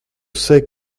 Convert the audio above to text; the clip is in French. sais